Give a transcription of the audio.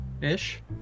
ish